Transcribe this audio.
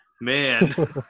Man